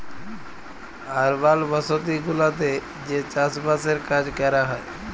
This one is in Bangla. আরবাল বসতি গুলাতে যে চাস বাসের কাজ ক্যরা হ্যয়